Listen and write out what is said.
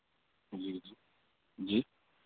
जी जी जी